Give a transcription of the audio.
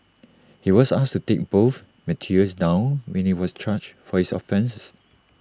he was asked to take both materials down when he was charged for his offences